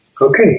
Okay